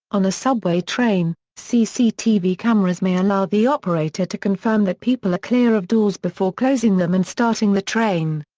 on a subway train, cctv cameras may allow the operator to confirm that people are clear of doors before closing them and starting the train.